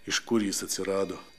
iš kur jis atsirado